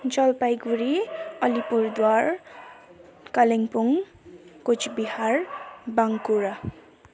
Jalpaiguri Alipurduar Kalimpong Cooch Behar Bankura